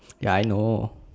ya I know